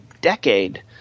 decade